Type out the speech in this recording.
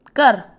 ਘਰ